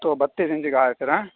تو بتیس انچ کا ہے سر آئیں